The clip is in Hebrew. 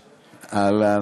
אהלן,